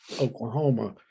Oklahoma